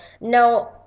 now